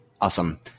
Awesome